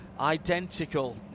identical